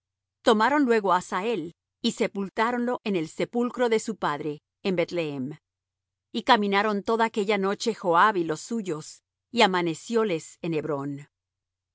tomaron luego á asael y sepultáronlo en el sepulcro de su padre en beth-lehem y caminaron toda aquella noche joab y los suyos y amanecióles en hebrón